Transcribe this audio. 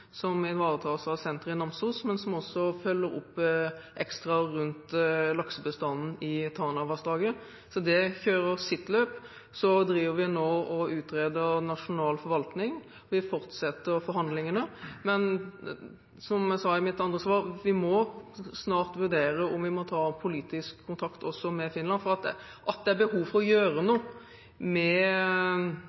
som ivaretas av senteret i Namsos, men som også følger opp ekstra rundt laksebestanden i Tanavassdraget. Så det kjører sitt løp. Vi driver nå og utreder nasjonal forvaltning. Vi fortsetter forhandlingene. Men som jeg sa i mitt andre svar: Vi må snart vurdere om vi må ta politisk kontakt også med Finland, for at det er behov for å gjøre noe med